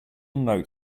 note